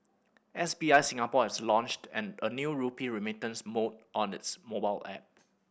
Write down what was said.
S B I Singapore has launched an a new rupee remittance mode on its mobile app